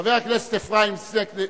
חבר הכנסת אפרים סנה,